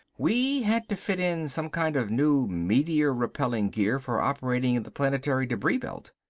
we had to fit in some kind of new meteor-repelling gear for operating in the planetary debris belt.